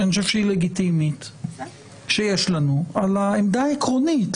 לנו שאני חושב שהיא לגיטימית על העמדה העקרונית,